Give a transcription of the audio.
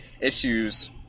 issues